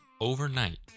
Overnight